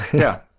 yeah